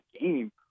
game